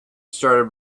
started